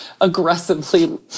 aggressively